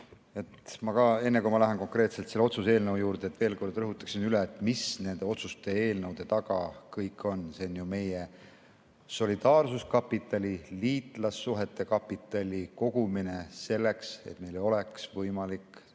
Enne, kui ma lähen konkreetselt selle otsuse eelnõu juurde, ma veel kord rõhutaksin üle, mis kõik on nende otsuse eelnõude taga. See on ju meie solidaarsuskapitali, liitlassuhete kapitali kogumine selleks, et meil oleks võimalik